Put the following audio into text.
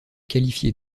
qualifié